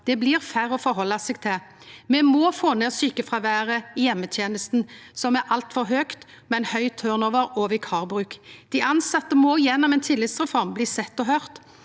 Det blir færre å forhalde seg til. Me må få ned sjukefråværet i heimetenesta, som er altfor høgt med ein høg «turnover» og vikarbruk. Dei tilsette må gjennom ein tillitsreform bli sette og høyrde.